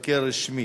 אין.